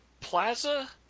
Plaza –